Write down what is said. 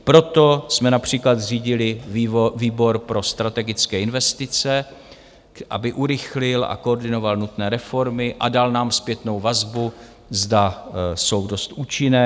Proto jsme například zřídili výbor pro strategické investice, aby urychlil a koordinoval nutné reformy a dal nám zpětnou vazbu, zda jsou dost účinné.